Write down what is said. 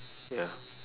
ya